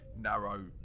narrow